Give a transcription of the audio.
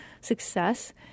success